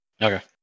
Okay